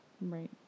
Right